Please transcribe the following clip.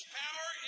power